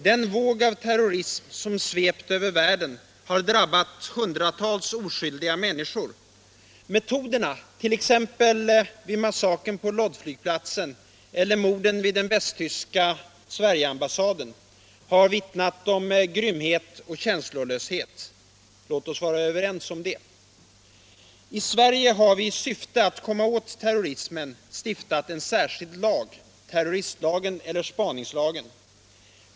Den våg av terrorism som svept över världen har drabbat hundratals oskyldiga människor. Metoderna — t.ex. vid massakern på Lodflygplatsen eller mordet i den västtyska Sverigeambassaden — har vittnat om grymhet och känslolöshet. Låt oss vara överens om detta. I Sverige har vi i syfte att komma åt terrorismen stiftat en särskild lag: terroristlagen eller spaningslagen.